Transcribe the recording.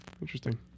Interesting